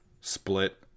split